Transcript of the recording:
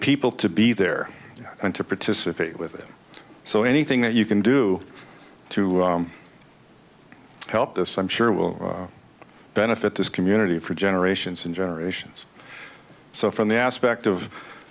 people to be there and to participate with it so anything that you can do to help this i'm sure will benefit this community for generations and generations so from the aspect of